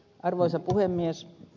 arvoisa puhemies